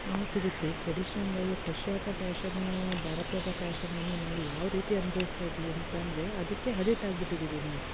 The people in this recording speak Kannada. ಆ ರೀತಿ ಟ್ರೆಡಿಷನಲ್ಲಾಗಿ ಪಾಶ್ಚಾತ್ಯ ಫ್ಯಾಶನ್ ಭಾರತದ ಫ್ಯಾಶನ್ ಅನ್ನು ನಾವು ಯಾವ ರೀತಿ ಅನ್ಬವಿಸ್ತಾ ಇದ್ದೀವಿ ಅಂತಂದರೆ ಅದಕ್ಕೆ ಹಡಿಟ್ ಆಗಿಬಿಟ್ಟಿದೀವಿ ನಾವು